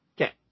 Okay